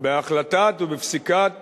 בהחלטת ובפסיקת